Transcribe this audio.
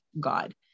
God